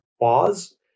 pause